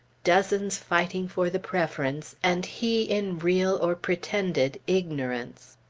dozens fighting for the preference, and he in real, or pretended ignorance.